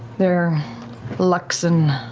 their luxon,